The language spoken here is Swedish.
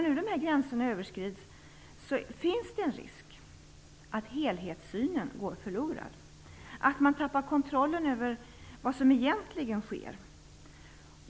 När gränserna nu överskrids finns det en risk för att helhetssynen går förlorad, att man tappar kontrollen över vad som egentligen sker.